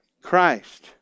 Christ